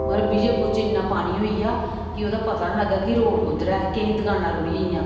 मगर विजयपुर च इन्ना पानी होई गेआ कि ओह्दा पता नी लग्गा की रोड कुद्धर ऐ केईं दुकानां रूढ़ी गेइयां